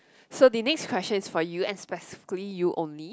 so the next question is for you and specifically you only